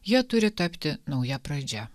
jie turi tapti nauja pradžia